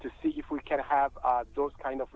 to see if we can have those kind of